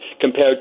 compared